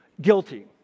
guilty